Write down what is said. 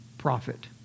profit